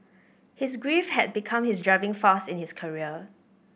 his grief had become his driving force in his career